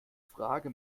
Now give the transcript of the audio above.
frage